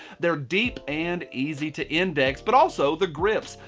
they're deep and easy to index. but also the grips.